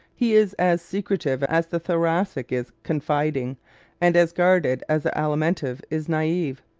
he is as secretive as the thoracic is confiding and as guarded as the alimentive is naive.